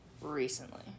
recently